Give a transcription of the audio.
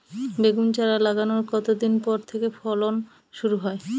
বেগুন চারা লাগানোর কতদিন পর থেকে ফলন শুরু হয়?